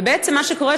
ובעצם מה שקורה,